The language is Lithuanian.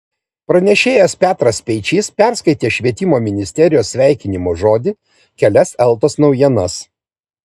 pranešėjas petras speičys perskaitė švietimo ministerijos sveikinimo žodį kelias eltos naujienas